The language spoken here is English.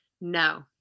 no